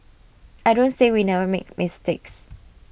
I don't say we never make mistakes